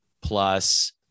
plus